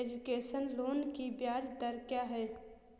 Education loan की ब्याज दर क्या है?